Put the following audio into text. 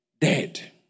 dead